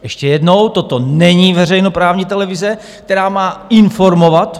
Ještě jednou, toto není veřejnoprávní televize, která má informovat.